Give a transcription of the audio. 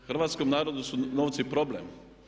Hrvatskom narodu su novci problem.